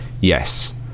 yes